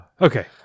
Okay